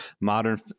modern